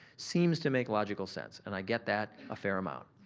seems to make logical sense and i get that a fair amount.